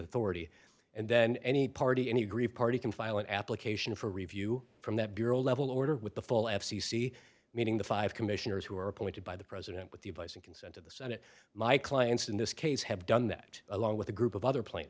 authority and then any party any aggrieved party can file an application for review from that bureau level order with the full f c c meaning the five commissioners who are appointed by the president with the advice and consent of the senate my clients in this case have done that along with a group of other pla